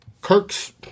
Kirk's